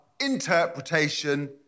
interpretation